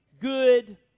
good